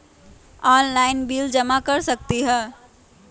Online bill जमा कर सकती ह?